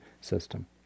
system